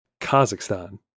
Kazakhstan